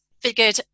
figured